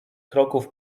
kroków